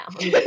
now